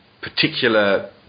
particular